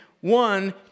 one